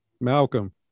Malcolm